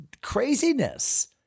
craziness